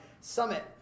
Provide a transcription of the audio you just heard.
Summit